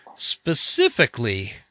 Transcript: Specifically